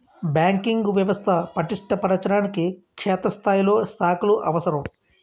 banking వ్యవస్థ పటిష్ట పరచడానికి క్షేత్రస్థాయిలో శాఖలు అవసరం